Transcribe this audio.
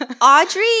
Audrey